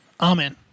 Amen